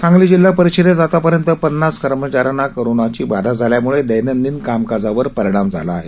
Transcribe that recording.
सांगली जिल्हा परिषदेत आतापर्यंत पन्नास कर्मचाऱ्यांना कोरोनाची बाधा झाल्यामुळे दैनंदिन कामकाजावर त्याचा परिणाम झाला आहे